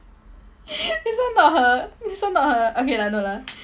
this one not her this one not her okay lah no lah